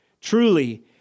Truly